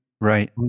Right